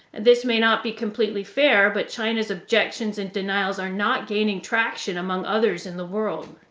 this may not be completely fair, but china's objections and denials are not gaining traction among others in the world.